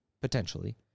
potentially